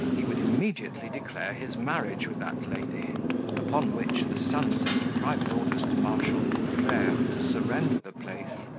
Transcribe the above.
he would immediately declare his marriage with that lady upon which, the son sent private orders to marshal boufflers to surrender the place.